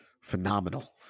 Phenomenal